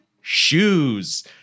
Shoes